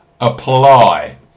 apply